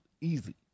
easy